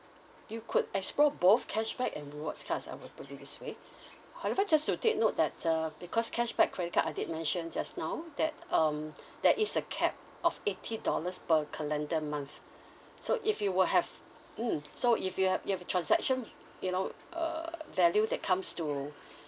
you could explore both cashback and rewards card I will put it this way however just to take note that uh because cashback credit card I did mention just now that um there is a cap of eighty dollars per calendar month so if you were have mm so if you have you have a transaction you know uh value that comes to